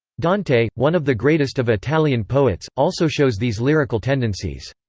dante, one of the greatest of italian poets, also shows these lyrical tendencies.